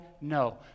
No